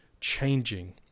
changing